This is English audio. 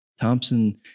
Thompson